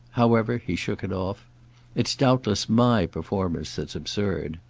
however he shook it off it's doubtless my performance that's absurd.